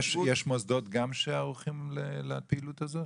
יש מוסדות גם שערוכים לפעילות הזו?